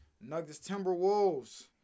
Nuggets-Timberwolves